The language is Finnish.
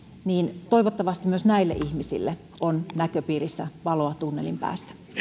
toivottavasti myös näille ihmisille on näköpiirissä valoa tunnelin päässä